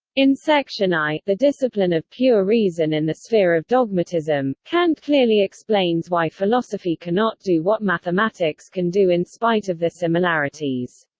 in section i, the discipline of pure reason in the sphere of dogmatism, kant clearly explains why philosophy cannot do what mathematics can do in spite of their similarities.